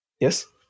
Yes